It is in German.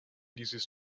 dieses